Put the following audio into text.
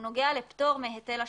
הוא נוגע לפטור מהיטל השבחה.